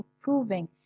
proving